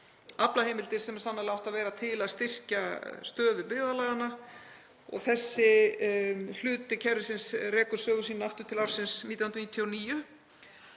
aflaheimildir sem sannarlega áttu að vera til að styrkja stöðu byggðarlaganna. Þessi hluti kerfisins rekur sögu sína aftur til ársins 1999